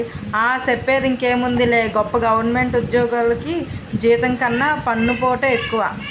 ఆ, సెప్పేందుకేముందిలే గొప్ప గవరమెంటు ఉజ్జోగులికి జీతం కన్నా పన్నుపోటే ఎక్కువ